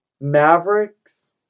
Mavericks